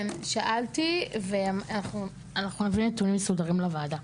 כן, שאלתי, ואנחנו נביא נתונים מסודרים לוועדה.